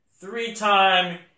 Three-time